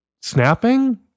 snapping